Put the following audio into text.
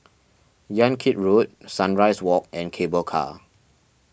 Yan Kit Road Sunrise Walk and Cable Car